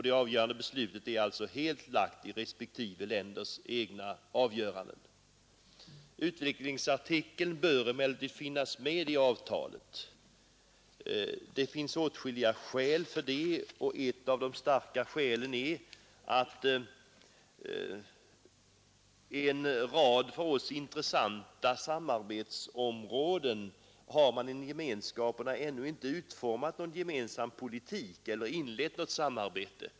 Det avgörande beslutet är alltså helt lagt i respektive länders egna händer. Ett exempel i det fallet är en utvidgning på sjöfartens område. Flaggdiskrimineringen är en motbjudande företeelse som sätter både säkerhetsoch anställningsvillkor ur spel. Det är ett intresse för både sjöfolksförbundet och redarnäringen att sådana avarter inte förekommer och det bör EEC-länderna och med dem samarbetande försöka få bukt med. Utvecklingsartikeln bör emellertid finnas med i avtalet. Det finns åtskilliga skäl härför. Ett av de starkaste skälen är att man på en rad för Oss intressanta samarbetsområden inom gemenskaperna inte har utformat någon gemensam politik eller inlett något samarbete.